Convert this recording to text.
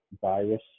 virus